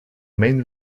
main